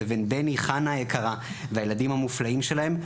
לבין בני וחנה היקרה והילדים המופלאים שלהם,